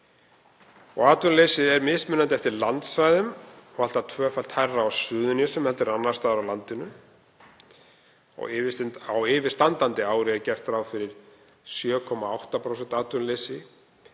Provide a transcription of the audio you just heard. Atvinnuleysið er mismunandi eftir landsvæðum og allt að tvöfalt hærra á Suðurnesjum heldur en annars staðar á landinu. Á yfirstandandi ári er gert ráð fyrir 7,8% atvinnuleysi